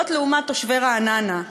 לעומת תושבי רעננה,